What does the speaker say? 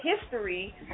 history